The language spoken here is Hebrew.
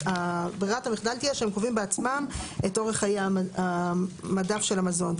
ברירת המחדל תהיה שהם קובעים בעצמם את אורך חיי המדף של המזון.